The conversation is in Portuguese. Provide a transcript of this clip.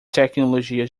tecnologia